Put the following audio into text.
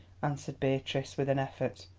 answered beatrice, with an effort.